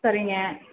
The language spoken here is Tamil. சரிங்க